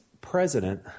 president